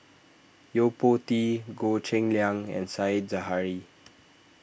Yo Po Tee Goh Cheng Liang and Said Zahari